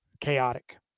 chaotic